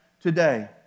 today